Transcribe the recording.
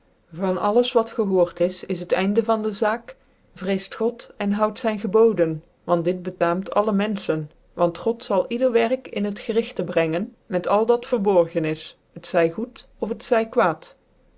van alles dat gehoord is is het einde van een neger i de zaak weeft god endehoudzync geboden want dit betaamt alle menfehen want god zal ieder werk in bet gcrigtc brengen met a dat verborgen is t zy goed of t zy